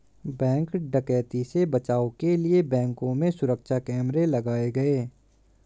bank डकैती से बचाव के लिए बैंकों में सुरक्षा कैमरे लगाये गये